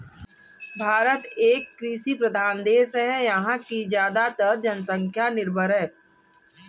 भारत एक कृषि प्रधान देश है यहाँ की ज़्यादातर जनसंख्या निर्भर है